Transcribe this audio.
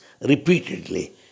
repeatedly